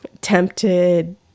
tempted